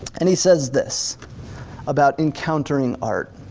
and he says this about encountering art.